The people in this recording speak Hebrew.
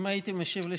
אם הייתי משיב לשניכם,